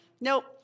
Nope